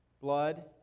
blood